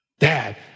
Dad